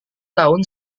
tahun